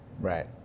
Right